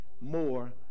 more